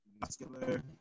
muscular